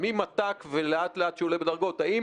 האם